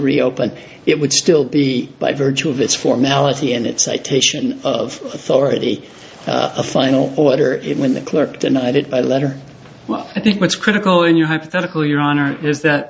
reopen it would still be by virtue of its formality and its citation of authority a final order it when the clerk denied it by letter well i think what's critical in your hypothetical your honor is that